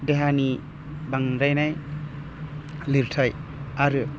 देहानि बांद्रायनाय लिरथाय आरो